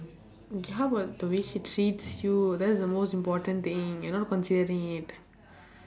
okay how about the way she treats you that's the most important thing you're not considering it